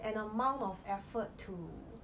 an amount of effort to